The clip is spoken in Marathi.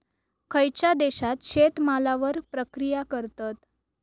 खयच्या देशात शेतमालावर प्रक्रिया करतत?